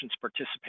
participate